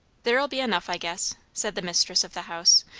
there'll be enough, i guess, said the mistress of the house,